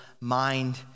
mind